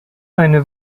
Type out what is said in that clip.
eine